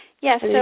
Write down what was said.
Yes